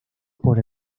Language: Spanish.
por